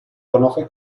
conoce